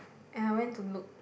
and I went to look